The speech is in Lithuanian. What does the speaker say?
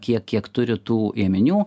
kiek kiek turi tų ėminių